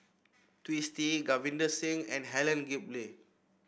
Twisstii Davinder Singh and Helen Gilbey